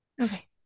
Okay